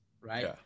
Right